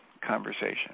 conversation